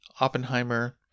Oppenheimer